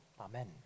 amen